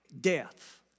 death